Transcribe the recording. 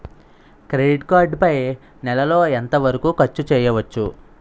Credit card పై నెల లో ఎంత వరకూ ఖర్చు చేయవచ్చు?